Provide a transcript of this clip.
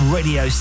Radio